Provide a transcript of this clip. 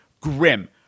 Grim